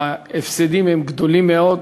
שההפסדים הם גדולים מאוד.